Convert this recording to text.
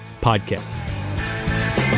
Podcast